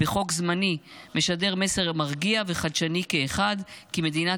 בחוק זמני משדר מסר מרגיע וחדשני כאחד כי מדינת